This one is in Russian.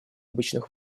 обычных